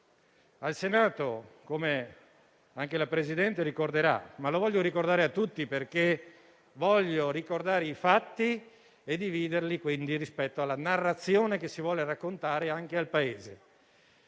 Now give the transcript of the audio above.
Al Senato, come il Presidente ricorderà - ma lo voglio ricordare a tutti, perché voglio ricordare i fatti e separarli dalla narrazione che si vuole raccontare al Paese